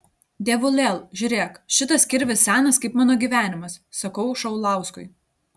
dievulėl žiūrėk šitas kirvis senas kaip mano gyvenimas sakau šaulauskui